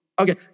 okay